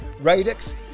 Radix